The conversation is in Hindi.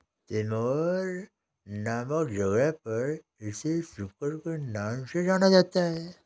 तिमोर नामक जगह पर इसे सुकर के नाम से जाना जाता है